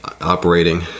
operating